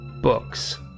books